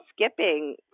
skipping